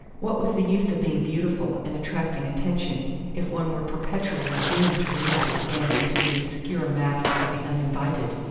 what was the use of being beautiful and attracting attention if one were perpetually doomed to relapse again into the obscure mass of the uninvited?